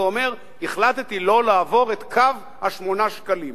ואומר: החלטתי לא לעבור את קו 8 השקלים,